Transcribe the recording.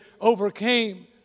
overcame